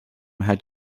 had